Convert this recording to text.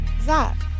Zach